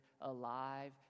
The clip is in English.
alive